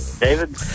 David